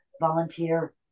volunteer